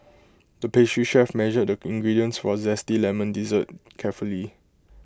the pastry chef measured the ingredients for A Zesty Lemon Dessert carefully